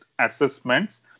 assessments